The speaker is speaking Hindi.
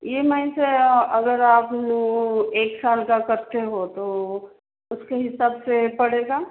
ई एम आई से अगर आप वो एक साल का करते हो तो उसके हिसाब से पड़ेगा